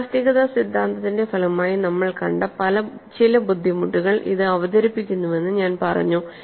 ഇലാസ്തികത സിദ്ധാന്തത്തിന്റെ ഫലമായി നമ്മൾ കണ്ട ചില ബുദ്ധിമുട്ടുകൾ ഇത് അവതരിപ്പിക്കുന്നുവെന്ന് ഞാൻ പറഞ്ഞു